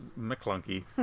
McClunky